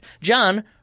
John